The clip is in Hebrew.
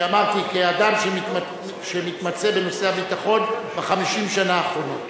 כשאמרתי: כאדם שמתמצא בנושאי הביטחון ב-50 שנה האחרונות?